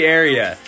area